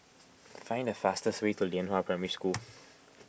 find the fastest way to Lianhua Primary School